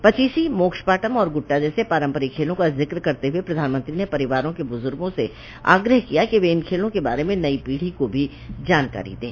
पचीसी मोक्ष पाटम और गुट्टा जैसे पारम्परिक खेलों का जिक्र करते हुए प्रधानमंत्री ने परिवारों के बुजुर्गों से आग्रह किया कि वे इन खेलों के बारे में नई पीढ़ी को भी जानकारी दें